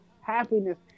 happiness